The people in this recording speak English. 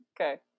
Okay